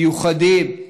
מיוחדים,